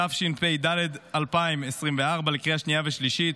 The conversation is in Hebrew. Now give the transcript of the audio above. תשפ"ד 2024, לקריאה השנייה ולקריאה השלישית.